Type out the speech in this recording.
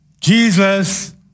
Jesus